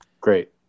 Great